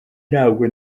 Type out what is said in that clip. ntabwo